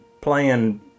playing